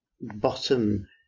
bottom